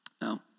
Now